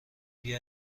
بیا